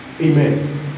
Amen